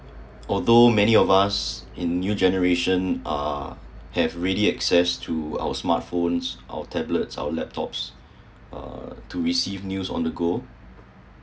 although many of us in new generation are have really access to smartphones our tablets our laptops uh to receive news on to go